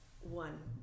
one